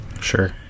Sure